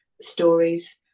stories